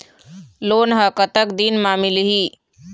Loan ह कतक दिन मा मिलही?